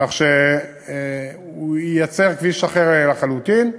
כך שהוא ייצר כביש אחר לחלוטין.